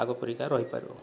ଆଗ ପରିକା ରହିପାରିବ